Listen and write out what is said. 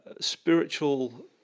spiritual